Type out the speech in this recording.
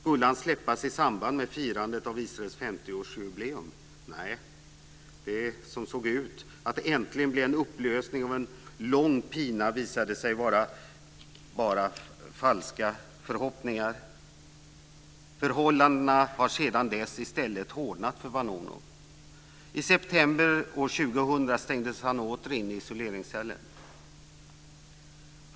Skulle han släppas i samband med firandet av Israels 50-årsjubileum? Nej, det som såg ut att äntligen bli en upplösning av en lång pina visade sig bara vara falska förhoppningar. Förhållandena har sedan dess i stället hårdnat för Vanunu. I september år 2000 stängdes han åter in i isoleringscellen.